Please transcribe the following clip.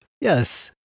Yes